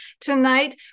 tonight